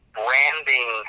branding